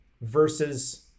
versus